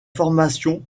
formation